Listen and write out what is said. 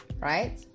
right